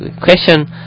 question